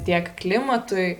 tiek klimatui